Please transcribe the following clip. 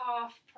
half